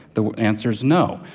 the answer is no.